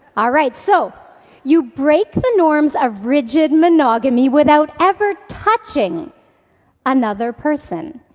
alright. so you break the norms of rigid monogamy without ever touching another person.